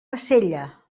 bassella